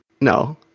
no